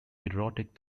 erotic